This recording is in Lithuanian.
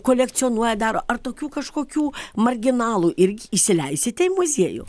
kolekcionuoja daro ar tokių kažkokių marginalų irgi įsileisite į muziejų